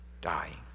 dying